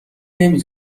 نمی